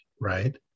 right